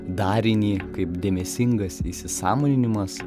darinį kaip dėmesingas įsisąmoninimas